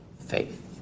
faith